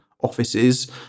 offices